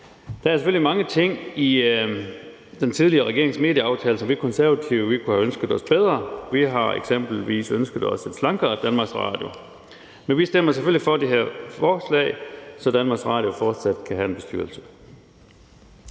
Der er selvfølgelig mange ting i den tidligere regerings medieaftale, som vi i Konservative kunne have ønsket os bedre. Vi har eksempelvis ønsket os et slankere DR. Men vi stemmer selvfølgelig for det her forslag, så DR fortsat kan have en bestyrelse.